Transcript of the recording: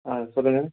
ஆ சொல்லுங்கள்